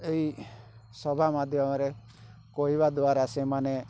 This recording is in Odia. ଏହି ସଭା ମାଧ୍ୟମରେ କହିବା ଦ୍ଵାରା ସେମାନେ